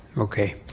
okay.